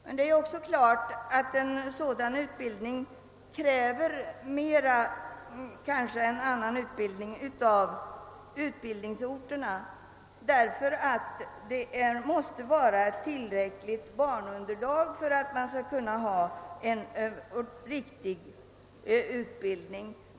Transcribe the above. Men det är också klart att en sådan utbildning kräver mera än annan utbildning av utbildningsorterna därför att det måste vara tillräckligt barnunderlag för att en riktig utbildning skall kunna anordnas.